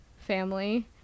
family